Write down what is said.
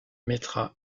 mettra